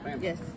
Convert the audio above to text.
yes